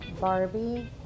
Barbie